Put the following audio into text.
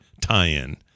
tie-in